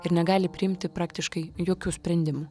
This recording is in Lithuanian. ir negali priimti praktiškai jokių sprendimų